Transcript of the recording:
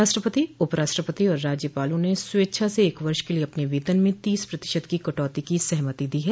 राष्ट्रपति उपराष्ट्रपति और राज्यपालों ने स्वेच्छा से एक वर्ष के लिये अपने वेतन में तीस प्रतिशत की कटौती की सहमति दी ह